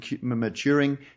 maturing